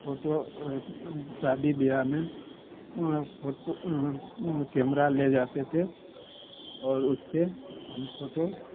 photo शादी बियाह में फोटो कैमरा ले जाते थे और उससे हम फोटो